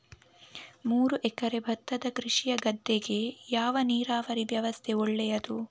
ಮೂರು ಎಕರೆ ಭತ್ತದ ಕೃಷಿಯ ಗದ್ದೆಗೆ ಯಾವ ನೀರಾವರಿ ವ್ಯವಸ್ಥೆ ಒಳ್ಳೆಯದು?